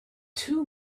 two